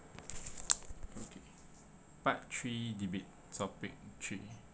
okay part three debate topic three